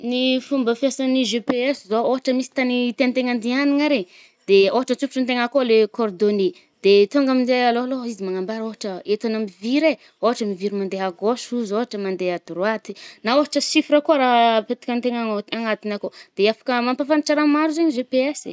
Ny fomba fiasan’ny GPS zaho, ôhatra misy tagny tiàn-tegna andianagna re, de ôhatra antsofotro antegna akô le coordonnées. De tônga aminje alôloha izy magnambara ôhatra eto anà miviry e ôhatra miviry mande à gauche ozy, ôhatra mande à droite.na ôhatra chiffre koà raha apetaka an-tegna anôti-anatigny akô. De afaka mapafantatra raha maro zaigny GPS e.